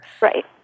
Right